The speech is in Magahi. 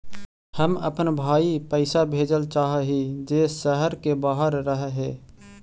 हम अपन भाई पैसा भेजल चाह हीं जे शहर के बाहर रह हे